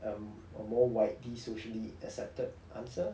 um a more widely socially accepted answer